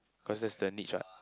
cause that's the niche what